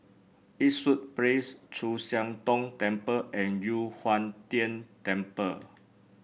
Eastwood Place Chu Siang Tong Temple and Yu Huang Tian Temple